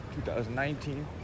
2019